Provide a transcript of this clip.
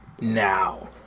now